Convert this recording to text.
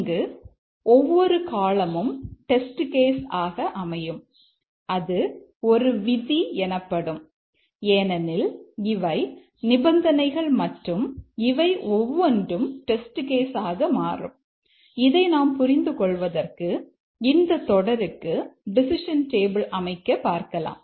இங்கு ஒவ்வொரு காளமும் அமைக்க பார்க்கலாம்